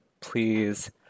please